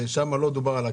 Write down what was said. שם לא דובר על הקרן.